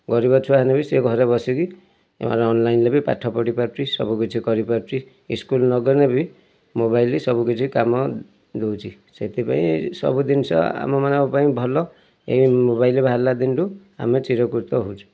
ଗରିବ ଛୁଆ ହେନେ ବି ସିଏ ଘରେ ବସିକି ଏମାନେ ଅନ୍ଲାଇନ୍ରେ ବି ପାଠ ପଢ଼ିପାରୁଛି ସବୁ କିଛି କରିପାରୁଛି ସ୍କୁଲ୍ ନଗନେ ବି ମୋବାଇଲ୍ ସବୁ କିଛି କାମ ଦେଉଛି ସେଥିପାଇଁ ସବୁ ଜିନିଷ ଆମମାନଙ୍କ ପାଇଁ ଭଲ ଏଇ ମୋବାଇଲ୍ ବାହାରିଲା ଦିନଠୁ ଆମେ ଚିରଉପ୍ରକୃତ ହେଉଛୁ